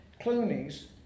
Clooney's